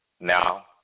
Now